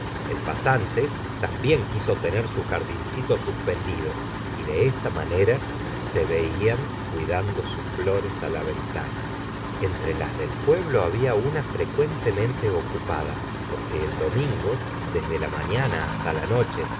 el pasante también quiso tener su jardincito suspendido y de esta manera se veían cuidando sus flores la ventana entre las del pueblo había una frecuentemente ocupada porque el domingo desde la mañana hasta la noche